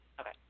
Okay